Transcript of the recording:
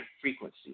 frequency